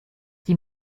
die